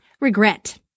Regret